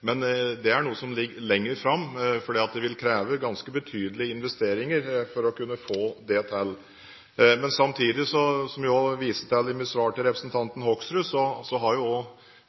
Men det er noe som ligger lenger fram, for det vil kreve ganske betydelige investeringer for å kunne få det til. Men samtidig, som jeg også viste til i mitt svar til representanten Hoksrud, har